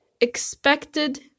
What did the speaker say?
expected